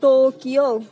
Tokyo